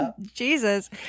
Jesus